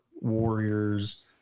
warriors